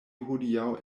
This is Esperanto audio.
hodiaŭ